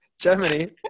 Germany